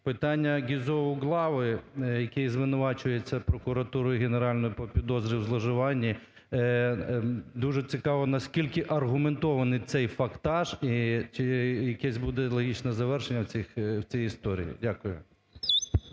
питання Гізо Углави, який звинувачується прокуратурою Генеральною по підозрі у зловживанні, дуже цікаво, наскільки аргументований цей фактаж і якесь буде логічне завершення цієї історії? Дякую.